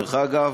דרך אגב,